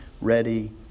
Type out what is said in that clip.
ready